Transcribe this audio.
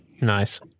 nice